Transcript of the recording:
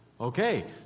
Okay